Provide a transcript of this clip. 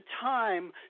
time